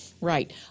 right